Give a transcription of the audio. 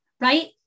right